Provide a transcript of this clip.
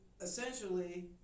essentially